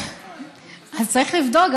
אז צריך לבדוק,